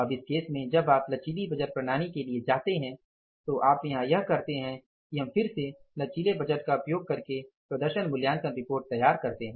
अब इस केस में जब आप लचीली बजट प्रणाली के लिए जाते हैं तो आप यहां यह करते हैं कि हम फिर से लचीले बजट का उपयोग करके प्रदर्शन मूल्यांकन रिपोर्ट तैयार करते हैं